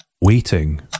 Waiting